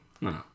No